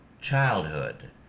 childhood